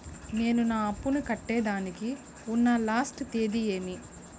నేను నా అప్పుని కట్టేదానికి ఉన్న లాస్ట్ తేది ఏమి?